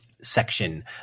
section